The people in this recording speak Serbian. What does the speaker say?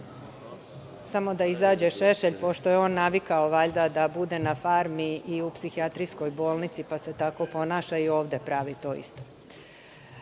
samo da izađe Šešelj, pošto je on navikao valjda da bude na farmi i u psihijatrijskog bolnici, pa se tako ponaša i ovde pravi to